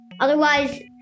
Otherwise